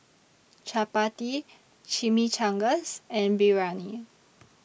Chapati Chimichangas and Biryani